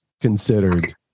considered